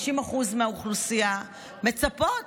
50% מהאוכלוסייה מצפות